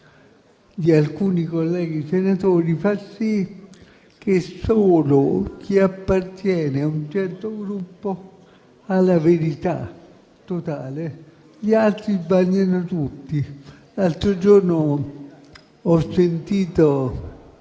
di alcuni colleghi senatori fa sì che solo chi appartiene a un certo gruppo abbia la verità totale e che tutti gli altri sbagliano. L'altro giorno ho sentito